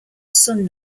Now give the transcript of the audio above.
sun